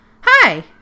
Hi